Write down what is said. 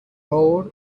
more